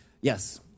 Yes